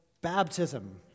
Baptism